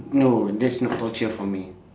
no that's not torture for me